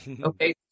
Okay